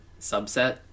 subset